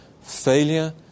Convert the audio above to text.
Failure